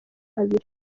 kabiri